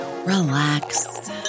Relax